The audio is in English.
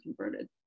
converted